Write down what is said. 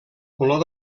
color